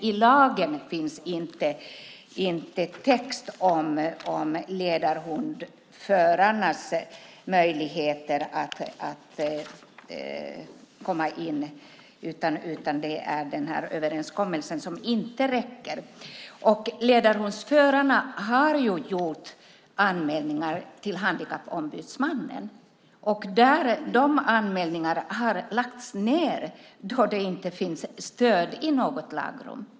I lagen finns inte någon text om ledarhundsförarnas möjligheter att komma in, utan det handlar överenskommelsen, som inte räcker. Ledarhundsförarna har gjort anmälningar till Handikappombudsmannen. Dessa anmälningar har lagts ned då det inte finns stöd i något lagrum.